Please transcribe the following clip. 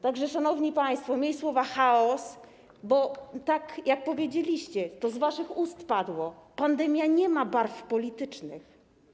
Tak że, szanowni państwo, mniej słowa „chaos”, bo jak powiedzieliście, to z waszych usta padło, pandemia nie ma barw politycznych.